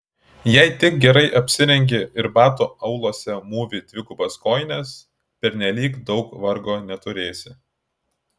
jei tik gerai apsirengi ir batų auluose mūvi dvigubas kojines pernelyg daug vargo neturėsi